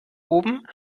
oben